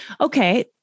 Okay